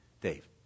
Dave